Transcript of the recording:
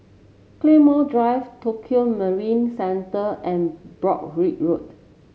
Claymore Drive Tokio Marine Centre and Broadrick Road